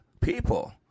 people